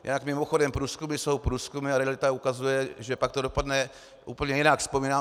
Jinak, mimochodem, průzkumy jsou průzkumy a realita ukazuje, že pak to dopadne úplně jinak.